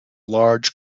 large